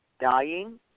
dying